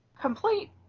complete